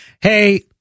hey